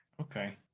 Okay